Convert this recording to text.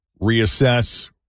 Reassess